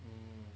um